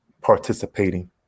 participating